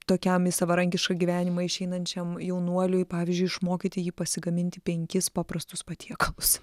tokiam į savarankišką gyvenimą išeinančiam jaunuoliui pavyzdžiui išmokyti jį pasigaminti penkis paprastus patiekalus